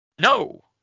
No